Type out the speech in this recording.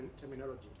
terminology